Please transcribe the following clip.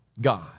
God